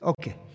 Okay